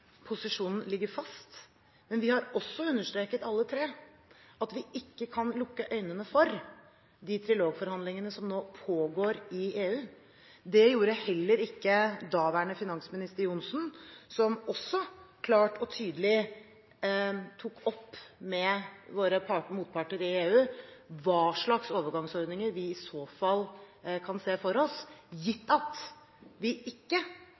posisjonen ligger fast. Men vi har også understreket alle tre, at vi ikke kan lukke øynene for de trilogforhandlingene som nå pågår i EU. Det gjorde heller ikke daværende finansminister Johnsen, som også klart og tydelig tok opp med våre motparter i EU hva slags overgangsordninger vi i så fall kan se for oss, gitt at vi ikke